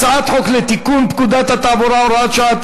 הצעת חוק לתיקון פקודת התעבורה (הוראת שעה),